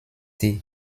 die